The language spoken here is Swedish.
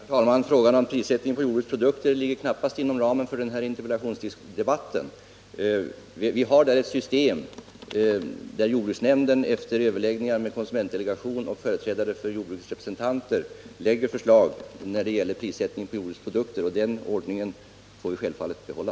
Herr talman! Frågan om prissättningen då det gäller jordbrukets produkter ligger knappast inom ramen för den här interpellationsdebatten. Vi har ett system där jordbruksnämnden efter överläggningar med konsumentdelegationen och företrädare för jordbrukets representanter lägger fram förslag om prissättningen beträffande jordbrukets produkter, och den ordningen får vi självfallet behålla.